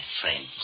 friends